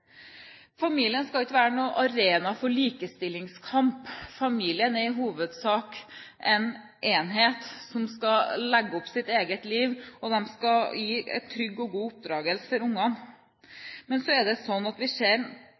Familien skal ikke være noen arena for likestillingskamp. Familien er i hovedsak en enhet som skal legge opp sitt eget liv, og som skal gi en trygg og god oppdragelse for barna. Men så ser vi i enkelte saker, slik som vi ser